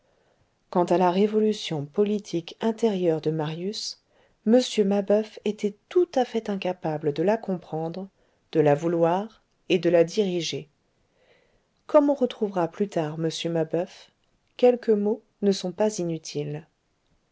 quant à la révolution politique intérieure de marius m mabeuf était tout à fait incapable de la comprendre de la vouloir et de la diriger comme on retrouvera plus tard m mabeuf quelques mots ne sont pas inutiles